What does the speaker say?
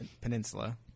peninsula